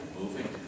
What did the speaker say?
moving